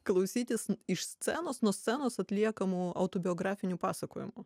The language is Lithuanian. klausytis iš scenos nuo scenos atliekamų autobiografinių pasakojimų